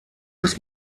des